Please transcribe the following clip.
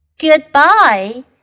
goodbye